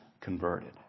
converted